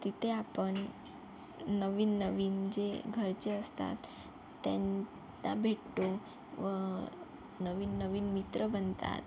तिथे आपण नवीननवीन जे घरचे असतात त्यांना भेटतो व नवीननवीन मित्र बनतात